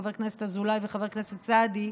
חבר הכנסת אזולאי וחבר הכנסת סעדי,